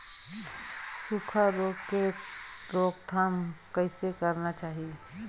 सुखा रोग के रोकथाम कइसे करना चाही?